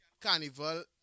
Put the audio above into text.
carnival